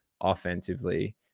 offensively